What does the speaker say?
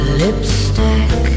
lipstick